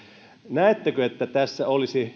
näettekö että olisi